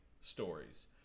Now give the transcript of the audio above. stories